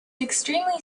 extremely